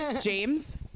James